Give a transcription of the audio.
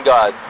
God